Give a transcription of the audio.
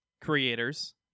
creators